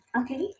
Okay